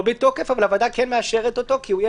אבל הוועדה כן מאשרת אותו כי הוא יהיה